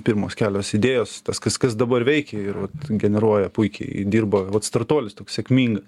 pirmos kelios idėjos tas kas kas dabar veikia ir generuoja puikiai dirba vat startuolis toks sėkmingas